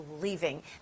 leaving